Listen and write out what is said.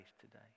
today